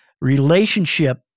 relationship